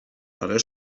ale